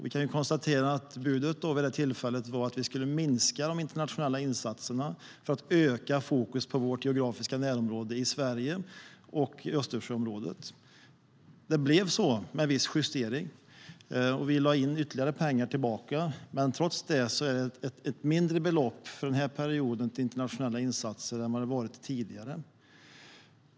Vid det tillfället föreslogs det att vi skulle minska de internationella insatserna och öka fokus på vårt geografiska närområde i Sverige och i Östersjöområdet. Så blev det, men med en viss justering. Vi satsade ytterligare pengar, men trots det är det för den här perioden ett mindre belopp för internationella insatser än vad det har varit tidigare.